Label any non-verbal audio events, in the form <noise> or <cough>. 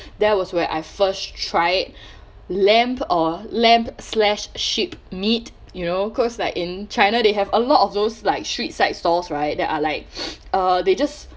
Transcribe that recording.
that was where I first tried lamb or lamb slash sheep meat you know cause like in china they have a lot of those like street side stalls right there are like <noise> uh they just